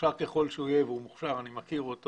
מוכשר ככל שיהיה והוא מוכשר, אני מכיר אותו